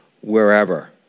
wherever